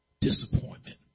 Disappointment